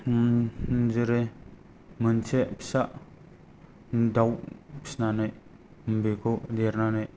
जेरै मासे फिसा दाउ फिसिनानै बेखौ देरनानै